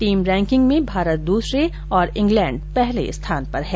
team ranking में भारत दूसरे और इंग्लैंड पहले स्थान पर है